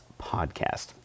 Podcast